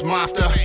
Monster